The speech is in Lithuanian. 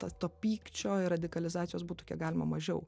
to to pykčio ir radikalizacijos būtų kiek galima mažiau